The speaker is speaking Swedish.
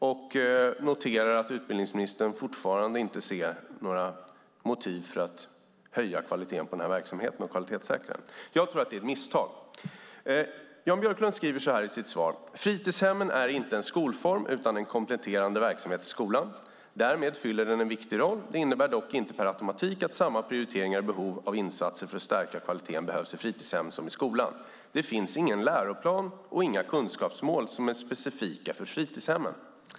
Nu noterar jag att utbildningsministern fortfarande inte ser några motiv för att höja kvaliteten på den verksamheten och kvalitetssäkra den. Jag tror att det är ett misstag. Jan Björklund skriver i sitt skriftliga svar: "Fritidshemmet är inte en skolform utan en kompletterande verksamhet till skolan. Därmed fyller fritidshemmet en viktig roll. Det innebär dock inte per automatik att samma prioriteringar och behov av insatser för att stärka kvaliteten behövs i fritidshem som i skola. Det finns ingen läroplan och inga kunskapsmål som är specifika för fritidshemmen."